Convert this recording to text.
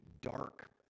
dark